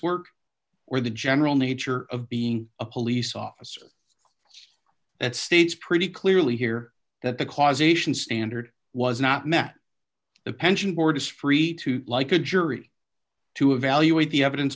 work or the general nature of being a police officer that states pretty clearly here that the causation standard was not met the pension board is free to like a jury to evaluate the evidence